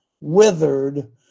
withered